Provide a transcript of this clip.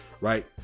Right